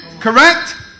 Correct